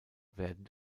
werden